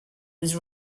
was